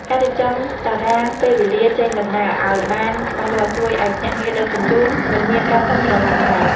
ការរៀបចំតារាងពេលវេលាចេញដំណើរឱ្យបានច្បាស់លាស់ជួយឱ្យភ្នាក់ងារដឹកជញ្ជូនមិនមានការភាន់ច្រឡំឡើយ។